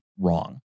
wrong